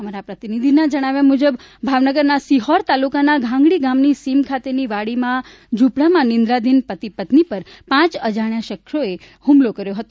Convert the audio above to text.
અમારા પ્રતિનિધિના જણાવ્યા મુજબ ભાવનગરના સિહોર તાલુકાના ઘાંઘળી ગામની સીમ ખાતેની વાડીમાં ઝુપડામાં નીદ્રાંધીન પતિ પત્ની પર પાંચ અજાણાય શખ્સોએ હુમલો કર્યો હતો